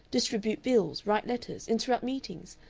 distribute bills? write letters? interrupt meetings?